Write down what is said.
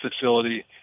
facility